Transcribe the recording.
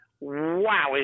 wow